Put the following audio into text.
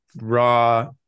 raw